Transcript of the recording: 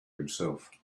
himself